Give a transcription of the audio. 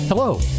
Hello